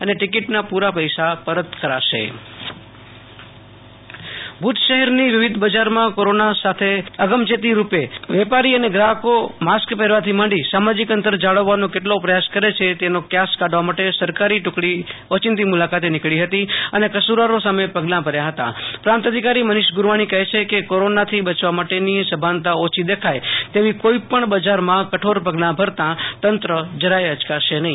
અને ટીકીટના પુરા પૈસા પરત કરાશે આશુ તોષ અંતાણી ભુજ બજારનું ચેકિંગ ભુજ શહેર ની વિવિધ બજાર માં કોરોના સામે અગમચેતી રૂપે વેપારી અને ગ્રાહકો માસ્ક પહેરવાથી માંડી સામાજિક અંતર જાળવવાનો કેટલો પ્રથાસ કરે છે તેનો ક્યાસ કાઢવા માટે સરકારી ટુકડી ઓચિંતી મુલાકાતે નીકળી હતી અને કસૂ રવારો સામે પગલાં ભર્યા હતા પ્રાંત અધિકારી મનીષ ગુરવાની કહે છે કે કોરોના થી બયવા માટે ની સભાનતા ઓછી દેખાય તેવી કોઈપણ બજાર માં કઠોર પગલાં ભરતા તંત્ર જરાય અચકાશે નહીં